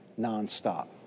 nonstop